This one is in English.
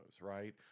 right